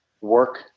work